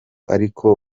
ariko